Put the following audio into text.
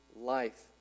life